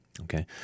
Okay